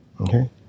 Okay